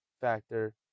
factor